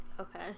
Okay